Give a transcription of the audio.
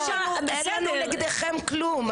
אין לנו נגדכם כלום.